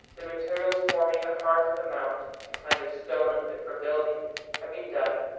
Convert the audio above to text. the materials forming the heart of the mound a kind of stone unfit for building had been dug.